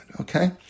okay